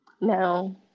No